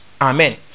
Amen